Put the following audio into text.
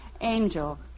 Angel